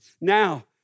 Now